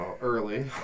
early